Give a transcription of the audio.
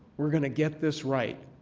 we're going to get this right.